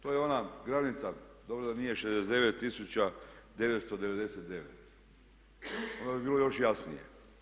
To je ona granica dobro da nije 69999 onda bi bilo još jasnije.